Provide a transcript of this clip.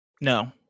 No